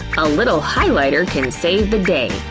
a little highlighter can save the day.